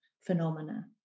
phenomena